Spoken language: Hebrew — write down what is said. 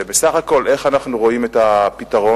ובסך הכול, איך אנחנו רואים את הפתרון?